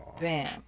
Bam